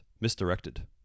misdirected